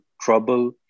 trouble